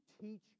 teach